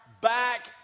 back